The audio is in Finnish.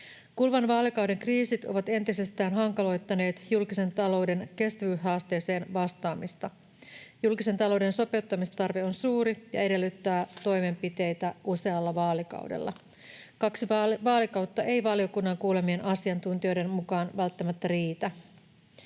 Kuluvan vaalikauden kriisit ovat entisestään hankaloittaneet julkisen talouden kestä- vyyshaasteeseen vastaamista. Julkisen talouden sopeuttamistarve on suuri ja edellyttää toimenpiteitä usealla vaalikaudella. Kaksi vaalikautta ei valiokunnan kuulemien asiantuntijoiden mukaan välttämättä riitä.